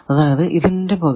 അതായതു ഇതിന്റെ പകുതി